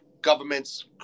governments